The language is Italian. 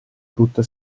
brutta